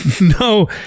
No